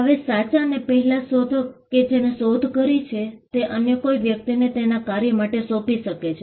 હવે સાચા અને પહેલા શોધક કે જેને શોધ કરી છે તે અન્ય કોઈ વ્યક્તિને તેના કાર્ય માટે સોંપી શકે છે